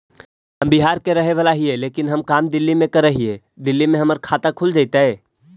हम बिहार के रहेवाला हिय लेकिन हम काम दिल्ली में कर हिय, दिल्ली में हमर खाता खुल जैतै?